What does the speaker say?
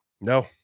No